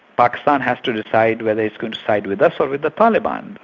pakistan has to decide whether it's going to side with us or with the taliban,